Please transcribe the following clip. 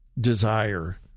desire